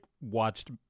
watched